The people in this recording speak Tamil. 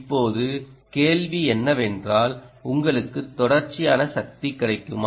இப்போது கேள்வி என்னவென்றால் உங்களுக்கு தொடர்ச்சியான சக்தி கிடைக்குமா